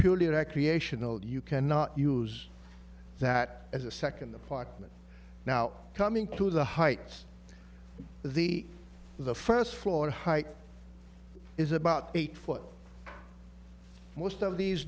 purely recreational you cannot use that as a second apartment now coming to the heights the the first floor height is about eight foot most of these